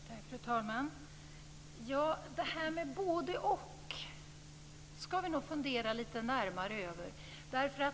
Fru talman! Det här med både-och skall vi nog fundera lite närmare över.